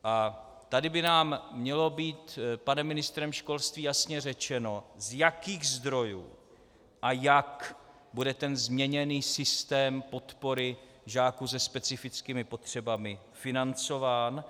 A tady by nám mělo být panem ministrem školství jasně řečeno, z jakých zdrojů a jak bude ten změněný systém podpory žáků se specifickými potřebami financován.